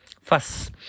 Fuss